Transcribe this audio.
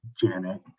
Janet